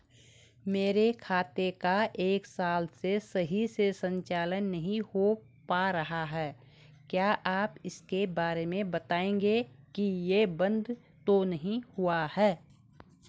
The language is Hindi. मेरे खाते का एक साल से सही से संचालन नहीं हो पाना रहा है क्या आप इसके बारे में बताएँगे कि ये बन्द तो नहीं हुआ है?